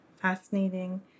Fascinating